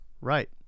Right